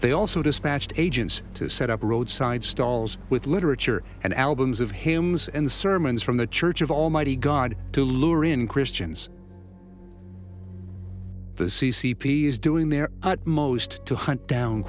they also dispatched agents to set up roadside stalls with literature and albums of hymns and sermons from the church of almighty god to lure in christians the c c p is doing their utmost to hunt down